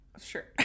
Sure